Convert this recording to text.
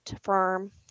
firm